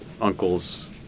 uncles